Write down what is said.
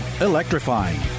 Electrifying